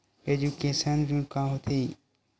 Education ऋण का होथे?